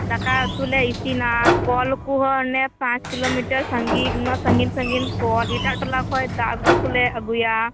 ᱫᱟᱠᱟ ᱩᱛᱩᱞᱮ ᱤᱥᱤᱱᱟ ᱠᱚᱞ ᱠᱚᱦᱚ ᱚᱱᱮ ᱯᱟᱸᱪ ᱠᱤᱠᱳᱢᱤᱴᱟᱨ ᱥᱟᱺᱜᱤᱧ ᱩᱱᱟᱹᱜ ᱥᱟᱺᱜᱤᱧ ᱥᱟᱺᱜᱤᱧ ᱠᱚᱞ ᱮᱴᱟᱜ ᱴᱚᱞᱟ ᱠᱷᱚᱡ ᱫᱟᱜ ᱟᱹᱜᱩ ᱠᱟᱛᱮᱞᱮ ᱟᱹᱜᱩᱭᱟ